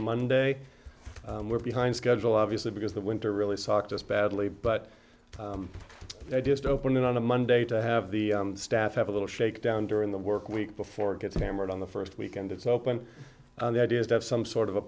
monday we're behind schedule obviously because the winter really socked us badly but i just open it on a monday to have the staff have a little shakedown during the work week before it gets hammered on the first weekend it's open and the idea is to have some sort of a